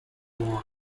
war